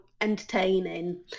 entertaining